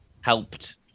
helped